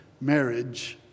marriage